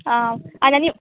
आं आन आनी